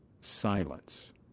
silence